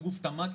או גוף קריטי,